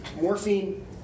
Morphine